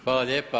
Hvala lijepa.